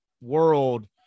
world